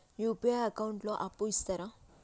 UPI account లో అప్పు ఇస్తరా?